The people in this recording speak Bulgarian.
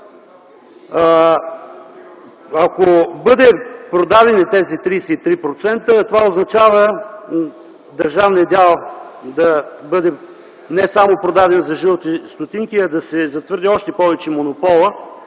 Ако бъдат продадени тези 33%, това означава държавният дял да бъде не само продаден за жълти стотинки, а да се затвърди още повече монополът